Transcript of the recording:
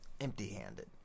empty-handed